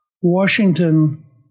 Washington